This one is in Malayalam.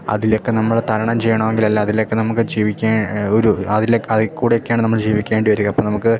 അതിലൊക്കെ നമ്മൾ തരണം ചെയ്യണമെങ്കിൽ അല്ല അതിലൊക്കെ നമുക്ക് ജീവിക്കാൻ ഒരു അതിൽ അതിൽക്കൂടെയൊക്കെയാണ് നമ്മൾ ജീവിക്കേണ്ടി വരിക അപ്പം നമുക്ക്